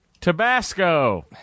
Tabasco